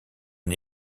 une